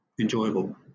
enjoyable